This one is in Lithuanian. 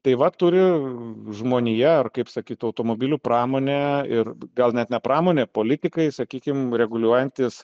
tai va turi žmonija ar kaip sakyt automobilių pramonė ir gal net ne pramonė politikai sakykim reguliuojantys